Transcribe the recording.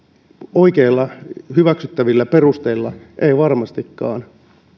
oikeilla hyväksyttävillä perusteilla ei varmastikaan